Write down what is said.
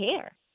care